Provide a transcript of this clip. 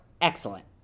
excellent